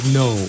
no